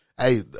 Hey